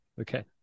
Okay